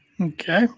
Okay